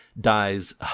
Dies